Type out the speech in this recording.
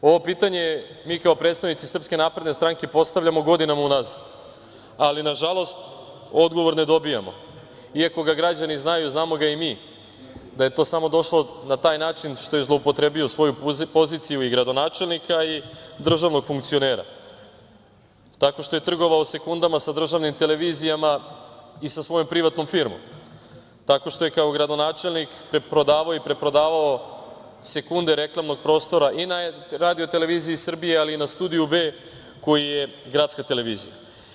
Ovo pitanje, mi kao predstavnici SNS postavljamo godinama unazad, ali nažalost odgovor ne dobijamo, iako ga građani znaju, a znamo ga i mi, da je to samo došlo na taj način što je zloupotrebio svoju poziciju i gradonačelnika i državnog funkcionera tako što je trgovao sekundama sa državnim televizijama i sa svojom privatnom firmom tako što je kao gradonačelnik prodavao i preprodavao sekunde reklamnog prostora i na RTS ali i na Studiju „B“ koji je gradska televizija.